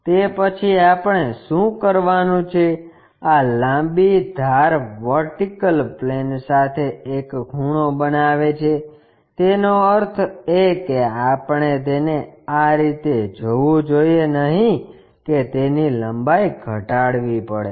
તે પછી આપણે શું કરવાનું છે આ લાંબી ધાર વર્ટિકલ પ્લેન સાથે એક ખૂણો બનાવે છે તેનો અર્થ એ કે આપણે તેને આ રીતે જોવું જોઈએ નહીં કે તેની લંબાઈ ઘટાડવી પડે